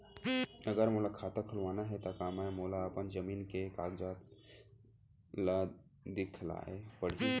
अगर मोला खाता खुलवाना हे त का मोला अपन जमीन के कागज ला दिखएल पढही?